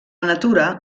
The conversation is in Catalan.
natura